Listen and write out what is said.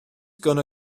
gonna